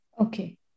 Okay